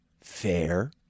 fair